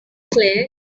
claire